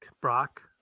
Brock